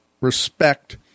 respect